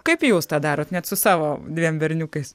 kaip jūs tą darot net su savo dviem berniukais